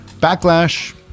backlash